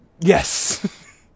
Yes